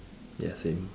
ya same